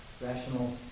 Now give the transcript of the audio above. rational